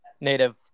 native